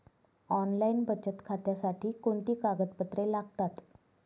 Online बचत खात्यासाठी कोणती कागदपत्रे लागतात?